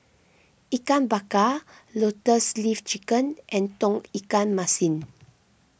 Ikan Bakar Lotus Leaf Chicken and Tauge Ikan Masin